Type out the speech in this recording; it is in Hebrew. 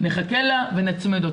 נחכה לה ונצמיד אותה,